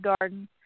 garden